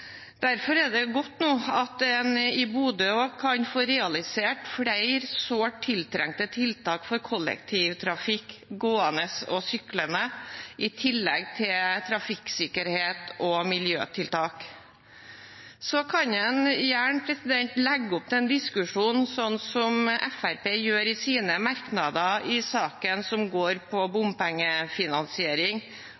Derfor er det godt at en i Bodø også kan få realisert flere sårt tiltrengte tiltak for kollektivtrafikken, gående og syklende i tillegg til trafikksikkerhets- og miljøtiltak. Så kan en gjerne legge opp til en diskusjon, slik som Fremskrittspartiet gjør i sine merknader i saken, som går på